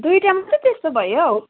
दुईवटा मात्रै त्यस्तो भयो हौ